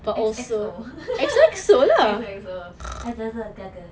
X X O X X O